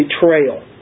betrayal